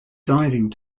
driving